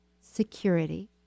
security